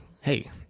Hey